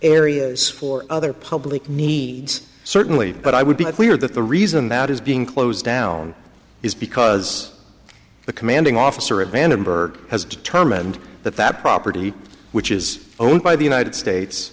areas for other public needs certainly but i would be clear that the reason that is being closed down is because the commanding officer at vandenberg has determined that that property which is owned by the united states